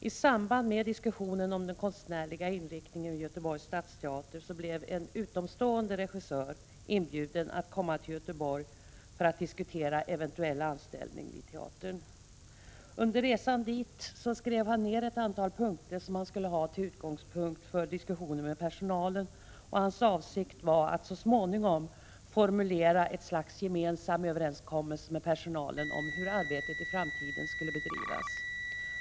I samband med diskussionen om den konstnärliga inriktningen vid Göteborgs stadsteater blev en utomstående regissör inbjuden att komma till Göteborg för att diskutera eventuell anställning vid teatern. Under resan dit skrev han ned ett antal punkter som han skulle ha som utgångspunkt för diskussioner med personalen. Hans avsikt var att så småningom formulera ett slags gemensam överenskommelse med personalen om hur arbetet i framtiden skulle bedrivas.